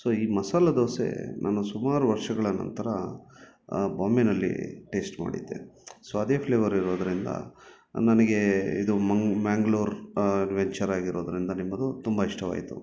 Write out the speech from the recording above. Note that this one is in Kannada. ಸೊ ಈ ಮಸಾಲ ದೋಸೆ ನಾನು ಸುಮಾರು ವರ್ಷಗಳ ನಂತರ ಬಾಂಬೆನಲ್ಲಿ ಟೇಶ್ಟ್ ಮಾಡಿದ್ದೆ ಸೊ ಅದೇ ಫ್ಲೇವರ್ ಇರೋದರಿಂದ ನನಗೆ ಇದು ಮಂಗ್ ಮಂಗ್ಳೂರು ವೆಂಚರ್ ಆಗಿರೋದರಿಂದ ನಿಮ್ಮದು ತುಂಬ ಇಷ್ಟವಾಯಿತು